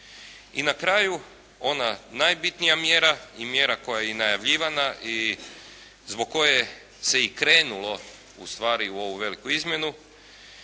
I na kraju ona najbitnija mjera i mjera koja je i najavljivana i zbog koje se i krenulo u stvari u ovu veliku izmjenu